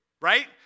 right